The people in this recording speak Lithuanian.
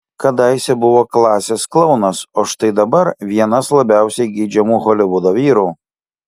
kadaise buvo klasės klounas o štai dabar vienas labiausiai geidžiamų holivudo vyrų